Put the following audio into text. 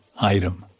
item